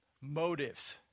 motives